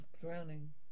drowning